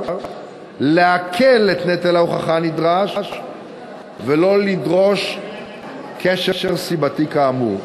להקל את נטל ההוכחה הנדרש ולא לדרוש קשר סיבתי כאמור.